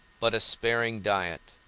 but a sparing diet,